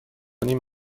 نیم